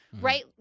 right